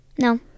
No